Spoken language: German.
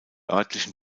örtlichen